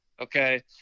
okay